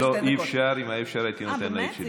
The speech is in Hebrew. אם היה אפשר, באמת?